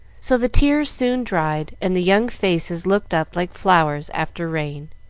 so the tears soon dried, and the young faces looked up like flowers after rain.